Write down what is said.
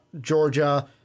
Georgia